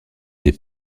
des